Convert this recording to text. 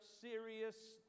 serious